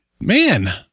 Man